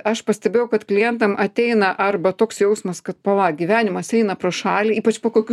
aš pastebėjau kad klientam ateina arba toks jausmas kad pala gyvenimas eina pro šalį ypač po kokių